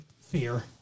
Fear